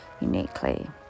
uniquely